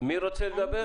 מי רוצה לדבר?